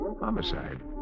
Homicide